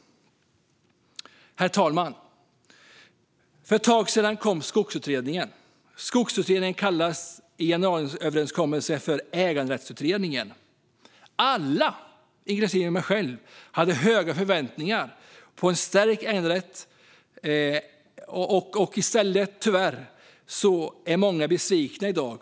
Herr talman! För ett tag sedan kom Skogsutredningen. Den kallades i januariöverenskommelsen för en äganderättsutredning. Alla, inklusive jag själv, som hade höga förväntningar på en stärkt äganderätt är i dag besvikna och oroade.